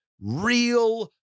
real